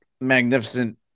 magnificent